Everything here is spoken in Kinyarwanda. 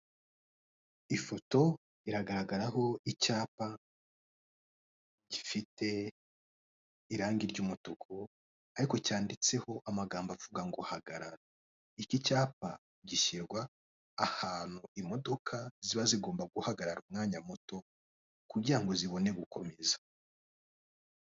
Ifoto iragaragaraho icyapa gifite irangi ry'umutuku, ariko cyanditseho amagambo avuga ngo hagarara, iki cyapa gishyirwa ahantu imodoka ziba zigomba guhagarara umwanya muto kugira ngo zibone gukomeza.